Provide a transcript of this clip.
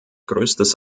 größtes